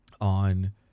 on